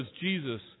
Jesus